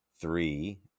three